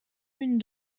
une